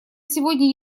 сегодня